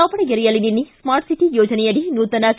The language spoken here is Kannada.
ದಾವಣಗೆರೆಯಲ್ಲಿ ನಿನ್ನೆ ಸ್ಕಾರ್ಟ್ ಸಿಟಿ ಯೋಜನೆಯಡಿ ನೂತನ ಕೆ